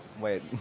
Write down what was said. Wait